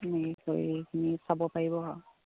এনেকৈ কৰি এইখিনি চাব পাৰিব আৰু